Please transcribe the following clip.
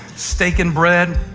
steak and bread.